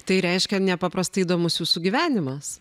tai reiškia nepaprastai įdomus jūsų gyvenimas